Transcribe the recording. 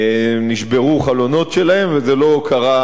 נשברו חלונות שלהם, וזה לא קרה